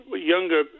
younger